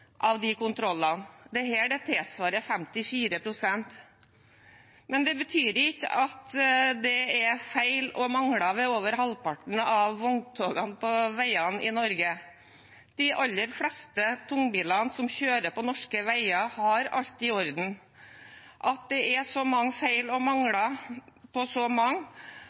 av kontrollene. Det tilsvarer 54 pst. Men det betyr ikke at det er feil og mangler ved over halvparten av vogntogene på veiene i Norge. De aller fleste tungbilene som kjører på norske veier, har alt i orden. At det er så mange feil og mangler på så mange